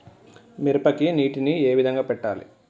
మిరపకి నీటిని ఏ విధంగా పెట్టాలి?